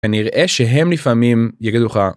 ונראה שהם לפעמים יגידו לך